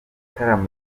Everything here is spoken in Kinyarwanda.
ibitaramo